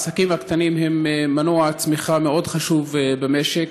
העסקים הקטנים הם מנוע צמיחה מאוד חשוב במשק,